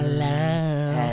love